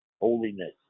holiness